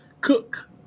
cook